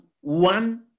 one